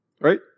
Right